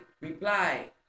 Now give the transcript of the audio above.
reply